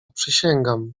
przysięgam